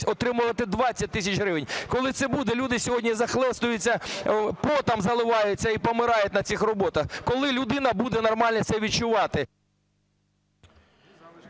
отримувати колись 20 тисяч гривень. Коли це буде? Люди сьогодні захлестуються, потом заливаються і помирають на цих роботах. Коли людина буде нормально себе відчувати?